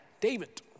David